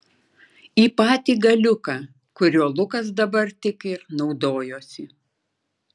į patį galiuką kuriuo lukas dabar tik ir naudojosi